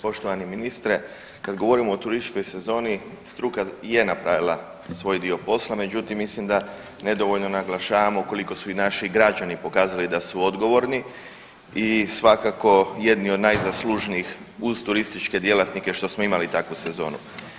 Poštovani ministre kad govorimo o turističkoj sezoni struka je napravila svoj dio posla, međutim mislim da nedovoljno naglašavamo koliko su i naši građani pokazali da su odgovorni i svakako jedni od najzaslužniji uz turističke djelatnike što smo imali takvu sezonu.